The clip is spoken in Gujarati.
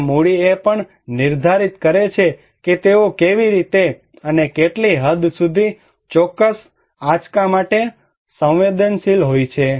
અને મૂડી એ પણ નિર્ધારિત કરે છે કે તેઓ કેવી રીતે અને કેટલી હદ સુધી ચોક્કસ આંચક માટે સંવેદનશીલ હોય છે